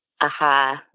aha